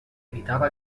habitava